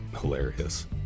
hilarious